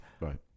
right